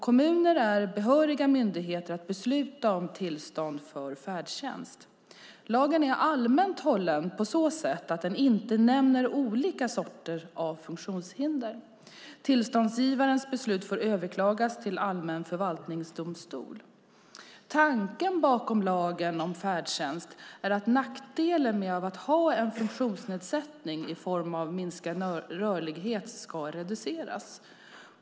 Kommuner är behöriga myndigheter att besluta om tillstånd för färdtjänst. Lagen är allmänt hållen på så sätt att den inte nämner olika sorters funktionshinder. Tillståndsgivarens beslut får överklagas till allmän förvaltningsdomstol. Tanken bakom lagen om färdtjänst är att nackdelen med att ha en funktionsnedsättning, i form av minskad rörlighet, ska reduceras.